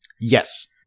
Yes